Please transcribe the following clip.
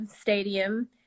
stadium